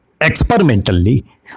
experimentally